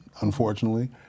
unfortunately